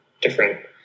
different